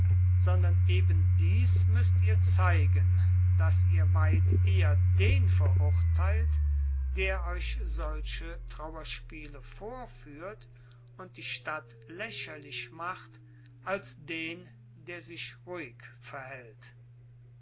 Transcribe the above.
sondern eben dies müßt ihr zeigen daß ihr weit eher den verurteilt der euch solche trauerspiele vorführt und die stadt lächerlich macht als den der sich ruhig verhält